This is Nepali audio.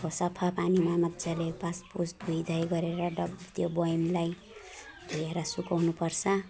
अब सफा पानीमा मजाले पाछपुछ धोइधाइ गरेर बर् त्यो बयमलाई धोएर सुकाउनुपर्छ